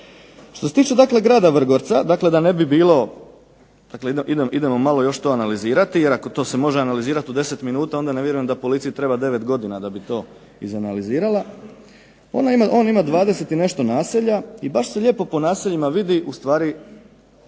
Što se tiče dakle grada Vrgorca, dakle da ne bi bilo, dakle idemo malo još to analizirati. Jer ako to se može analizirati u deset minuta onda ne vjerujem da policiji treba devet godina da bi to izanalizirala. On ima 20 i nešto naselja i baš se lijepo po naseljima vidi u stvari o